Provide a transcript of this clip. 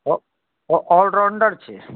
ओ ओ ऑलराउण्डर छै